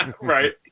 Right